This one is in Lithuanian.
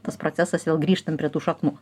tas procesas vėl grįžtam prie tų šaknų